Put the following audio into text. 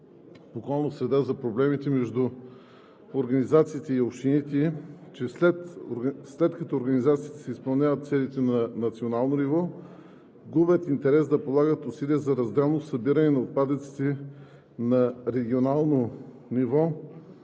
околната среда за проблемите между организациите и общините, че след като организациите си изпълняват целите на национално ниво, губят интерес да полагат усилия за разделно събиране на отпадъците на регионално ниво,